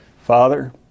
Father